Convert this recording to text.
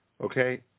Okay